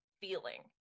feeling